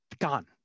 gone